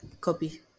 copy